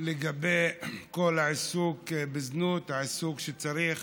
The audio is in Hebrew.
לגבי כל העיסוק בזנות, עיסוק שצריך